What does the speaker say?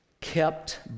kept